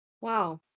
Wow